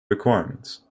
requirements